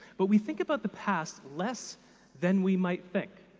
but we think about the past less than we might think,